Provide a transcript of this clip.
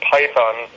Python